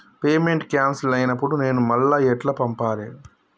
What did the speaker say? Payment cancel అయినపుడు నేను మళ్ళా ఎట్ల పంపాలే?